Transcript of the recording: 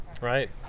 Right